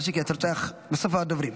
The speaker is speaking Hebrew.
שיקלי, בסוף הדוברים.